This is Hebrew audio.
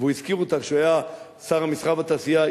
והוא הזכיר אותה כשהוא היה שר המסחר והתעשייה,